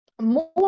more